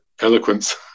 eloquence